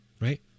Right